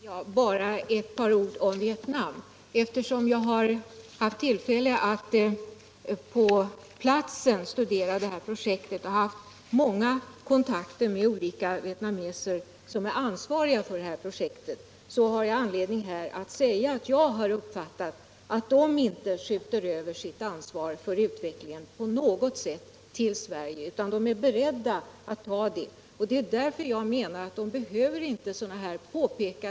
Herr ialman! Bara några ord om Vietnam. Eftersom jag har haft tillfälle att på platsen studera detta biståndsprojekt och eftersom jag har haft många kontakter med olika vietnameser som är ansvariga för projektet, har jag anledning att här säga att jag har uppfattat att de inte skjuter över sitt ansvar för projektet och fullföljandet av detsamma på Sverige utan att de är beredda att ta det. Jag menar att de inte behöver några påpekanden om detta.